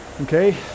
Okay